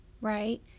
right